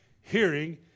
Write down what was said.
hearing